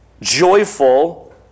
joyful